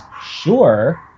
sure